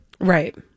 right